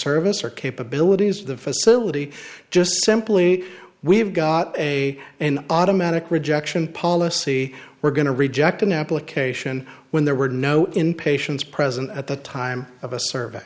service or capabilities of the facility just simply we have got a an automatic rejection policy we're going to reject an application when there were no in patients present at the time of a survey